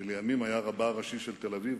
שלימים היה רבה הראשי של תל-אביב,